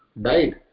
died